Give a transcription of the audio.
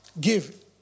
give